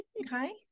Okay